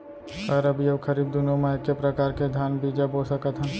का रबि अऊ खरीफ दूनो मा एक्के प्रकार के धान बीजा बो सकत हन?